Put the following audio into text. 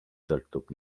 sõltub